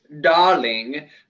Darling